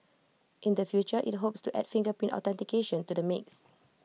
in the future IT hopes to add fingerprint authentication to the mix